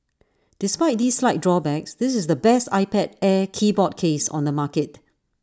despite these slight drawbacks this is the best iPad air keyboard case on the market